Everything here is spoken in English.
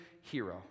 hero